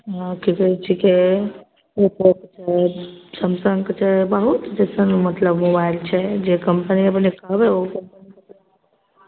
आओर की कहै छिकै ओकर छै सैमसंगके छै बहुत जे छै ने मतलब मोबाइल छै जे कम्पनी अपने कहबै ओ